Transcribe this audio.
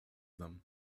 them